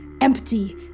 empty